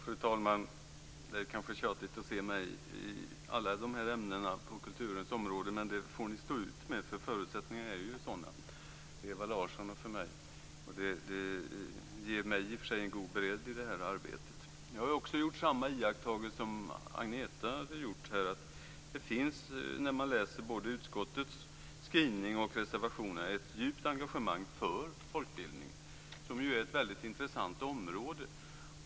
Fru talman! Det är kanske tjatigt att se mig gå upp i alla de här ämnena på kulturens område men det får ni stå ut med. Förutsättningarna är ju sådana för både Ewa Larsson och mig. Det ger mig i och för sig en god bredd i det här arbetet. Jag har gjort samma iakttagelse som Agneta Ringman. När man läser både utskottets skrivning och reservationerna ser man att det finns ett djupt engagemang för folkbildning, som ju är ett väldigt intressant område.